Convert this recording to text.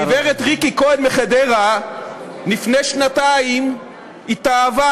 הגברת ריקי כהן מחדרה לפני שנתיים התאהבה.